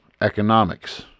economics